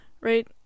right